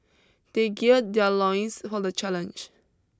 they geared their loins for the challenge